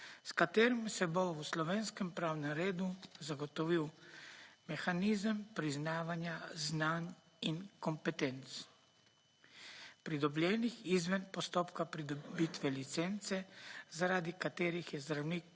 s katerim se bo v slovenskem pravnem redu zagotovil mehanizem priznavanja znanj in kompetenc, pridobljenih izven postopka pridobitve licence, zaradi katerih je zdravnik